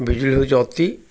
ବିଜୁଳି ହେଉଛି ଅତି